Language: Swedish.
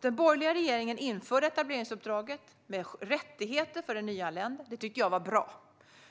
Den borgerliga regeringen införde etableringsuppdraget med rättigheter för den nyanlända. Det tycker jag var bra.